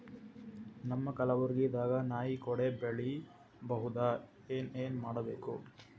ನಮ್ಮ ಕಲಬುರ್ಗಿ ದಾಗ ನಾಯಿ ಕೊಡೆ ಬೆಳಿ ಬಹುದಾ, ಏನ ಏನ್ ಮಾಡಬೇಕು?